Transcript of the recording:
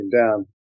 down